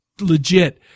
legit